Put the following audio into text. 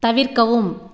தவிர்க்கவும்